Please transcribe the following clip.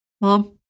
Mom